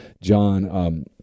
John